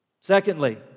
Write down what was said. Secondly